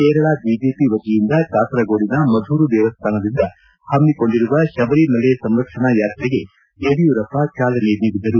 Kerala BJP ವತಿಯಿಂದ ಕಾಸರಗೋಡಿನ ಮಧೂರು ದೇವಸ್ಥಾನದಿಂದ ಪಮ್ಮಿಕೊಂಡಿರುವ ಶಬರಿಮಲೆ ಸಂರಕ್ಷಣಾ ಯಾತ್ರೆಗೆ ಯಡಿಯೂರಪ್ಪ ಚಾಲನೆ ನೀಡಿದರು